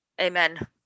amen